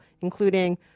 including